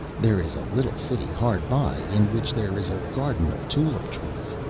there is a little city hard by in which there is a garden of tulip-trees.